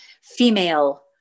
female